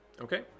okay